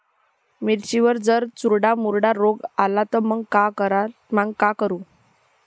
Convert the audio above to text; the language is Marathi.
मिर्चीवर जर चुर्डा मुर्डा रोग आला त मंग का करू?